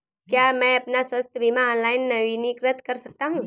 क्या मैं अपना स्वास्थ्य बीमा ऑनलाइन नवीनीकृत कर सकता हूँ?